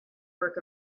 work